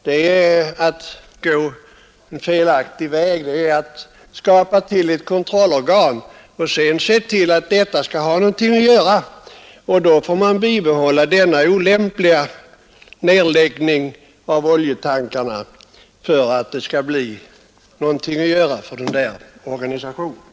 Det är att gå en felaktig väg: man vill skapa ett kontrollorgan och då får man bibehålla den olämpliga förvaringen under jord av oljetankarna för att det skall bli någonting att göra för det organet.